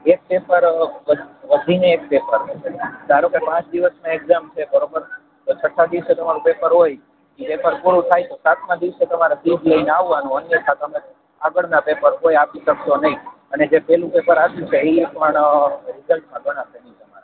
બે પેપર વધીને એક પેપર ધારો કે પાંચ દિવસમાં એક્ઝામ છે બરોબર તો છઠા દિવસે તમારું પેપર હોય તો પેપર પૂરું થાય તો સાતમાં દિવસે તમારે ફી લઈ ને આવાનું અન્યથા તમે આગળના પેપર કોઈ આપી શકશો નઈ અને જે પેલું પેપર આપ્યું છે ઈ પણ રિસલ્ટમાં ગણાશે નઈ તમારા